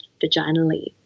vaginally